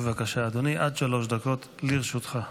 בבקשה, אדוני, עד שלוש דקות לרשותך.